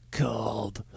called